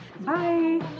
bye